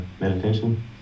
meditation